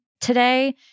today